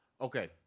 Okay